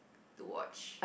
to watch